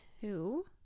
two